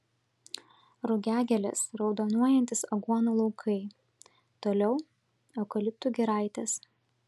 rugiagėlės raudonuojantys aguonų laukai toliau eukaliptų giraitės